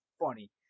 funny